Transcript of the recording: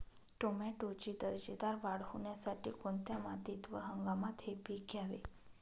टोमॅटोची दर्जेदार वाढ होण्यासाठी कोणत्या मातीत व हंगामात हे पीक घ्यावे?